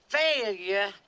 failure